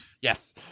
Yes